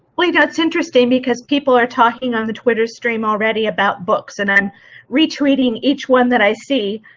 well you know it's interesting because people are talking on the twitter stream already about books and then re-tweeting each one that i see